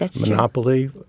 Monopoly